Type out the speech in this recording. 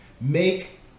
Make